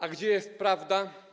A gdzie jest prawda?